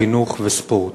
חינוך וספורט.